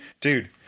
dude